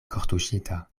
kortuŝita